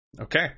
Okay